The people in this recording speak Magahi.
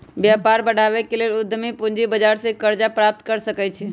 व्यापार बढ़ाबे के लेल उद्यमी पूजी बजार से करजा प्राप्त कर सकइ छै